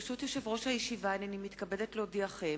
ברשות יושב-ראש הישיבה, הנני מתכבדת להודיעכם,